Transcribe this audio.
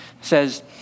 says